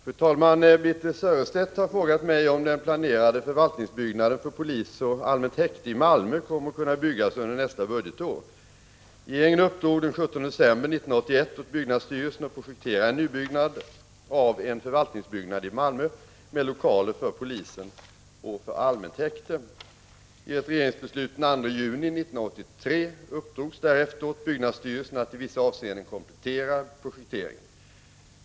Fru talman! Birthe Sörestedt har frågat mig om den planerade förvaltningsbyggnaden för polis och allmänt häkte i Malmö kommer att kunna byggas under nästa budgetår. Regeringen uppdrog den 17 december 1981 åt byggnadsstyrelsen att projektera en nybyggnad av en förvaltningsbyggnad i Malmö med lokaler för polisen och för allmänt häkte. I ett regeringsbeslut den 2 juni 1983 uppdrogs därefter åt byggnadsstyrelsen att i vissa avseenden komplettera projekteringen.